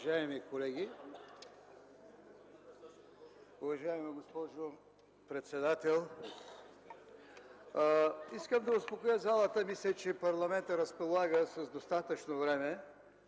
Уважаеми колеги, уважаема госпожо председател! Искам да успокоя залата. Мисля, че парламентът разполага с достатъчно време,